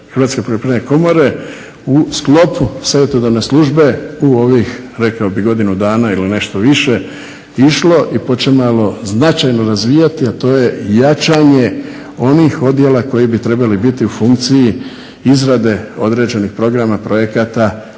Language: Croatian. Hrvatske poljoprivredne komore u sklopu savjetodavne službe u ovih godinu dana ili nešto više i počinjalo značajno razvijati, a to je jačanje onih odjela koji bi trebali biti u funkciji izrade određenih programa, projekata,